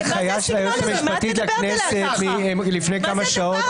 לפי הנחיה של היועץ המשפטית לכנסת מלפני כמה שעות,